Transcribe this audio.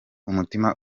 umutima